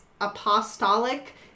apostolic